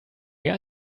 mehr